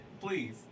Please